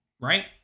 right